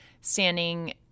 standing